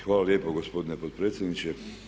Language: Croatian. Hvala lijepo gospodine potpredsjedniče.